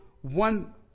one